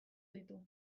ditu